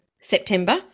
September